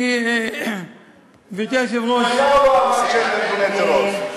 גברתי היושבת-ראש, של ארגוני טרור.